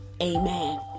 Amen